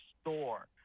store